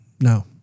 No